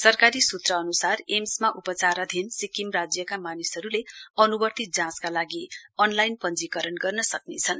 सरकारी सूत्र अनुसार एम्समा उपचाराधी सिक्किम राज्यका मानिसहरूले अनुवर्ती जाँचका लागि अनलाइन पञ्जीकरण गर्न सक्नेछन्